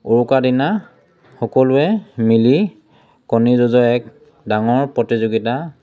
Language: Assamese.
উৰুকা দিনা সকলোৱে মিলি কণী যুঁজৰ এক ডাঙৰ প্ৰতিযোগিতা